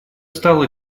стало